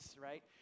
right